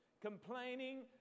complaining